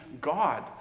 God